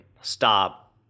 stop